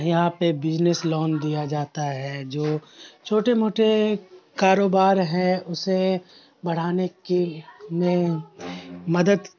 یہاں پہ business loan دیا جاتا ہے جو چھوٹے موٹے کاروبار ہیں اسے بڑھانے کی میں مدد